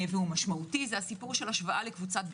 והוא משמעותי השוואה לקבוצת ביקורת.